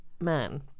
man